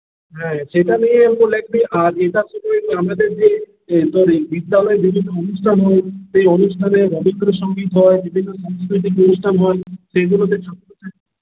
হ্যাঁ সেটা নিয়ে তো লিখবি আর আমাদের শুধু যে তোর বিধযালয় বিভিন্ন অনুষ্ঠান হয় এই অনুষ্ঠানে রবীন্দ্র সঙ্গীত হয় বিভিন্ন অনুষ্ঠান হয় সেগুলোতে ছাত্র ছাত্রীরা